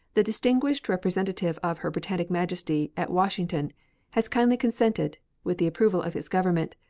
the distinguished representative of her britannic majesty at washington has kindly consented, with the approval of his government,